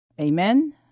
Amen